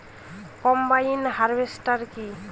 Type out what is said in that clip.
Combine harvester কি?